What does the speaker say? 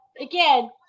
again